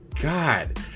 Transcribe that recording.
god